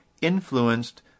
influenced